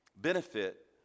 benefit